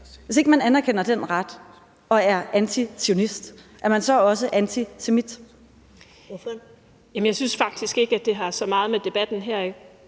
Hvis ikke man anerkender den ret og er antizionist, er man så også antisemit?